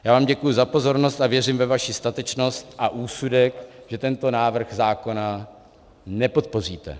Já vám děkuji za pozornost a věřím ve vaši statečnost a úsudek, že tento návrh zákona nepodpoříte.